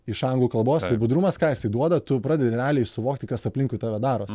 iš anglų kalbos tai budrumas ką jisai duoda tu pradedi realiai suvokti kas aplinkui tave daros